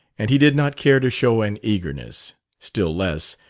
and he did not care to show an eagerness still less,